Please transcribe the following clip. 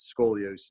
scoliosis